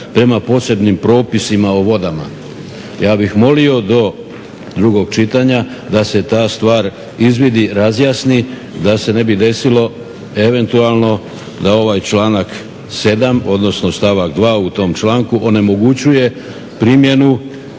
prema posebnim propisima o vodama. Ja bih molio do drugog čitanja da se ta stvar izvidi, razjasni, da se ne bi desilo eventualno da ovaj članak 7. odnosno stavak 2. u tom članku onemogućuje primjenu